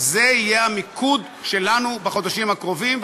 זה יהיה המיקוד שלנו בחודשים הקרובים,